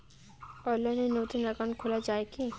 অনলাইনে নতুন একাউন্ট খোলা য়ায় কি?